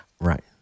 right